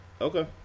Okay